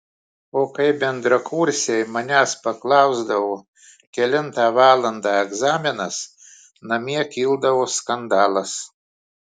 o kai bendrakursiai manęs paklausdavo kelintą valandą egzaminas namie kildavo skandalas